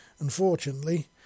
Unfortunately